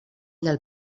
del